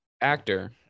actor